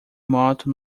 moto